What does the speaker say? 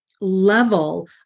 level